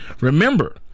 remember